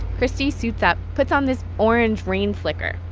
christie suits up, puts on this orange rain slicker,